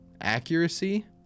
accuracy